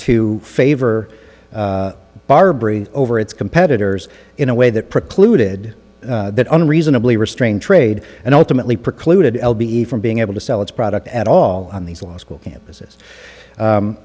to favor barbree over its competitors in a way that precluded that unreasonably restrain trade and ultimately precluded l b e from being able to sell its product at all on these law school campuses